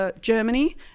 Germany